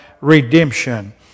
redemption